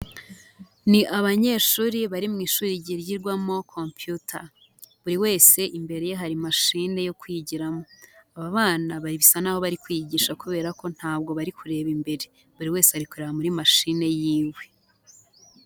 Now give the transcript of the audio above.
Ni abanyeshuri bari mu ishuri ryigirwamo computer. Buri wese imbere ye hari machine yo kwigiramo. Aba bana bisa naho bari kwiyigisha kubera ko ntabwo bari kureba imbere, buri wese ari kureba muri machine yiwe.